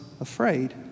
afraid